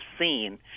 seen